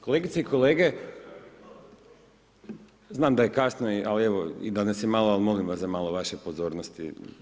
Kolegice i kolege znam da je kasno, ali evo, i da nas je malo, ali molim vas malo za vašu pozornost.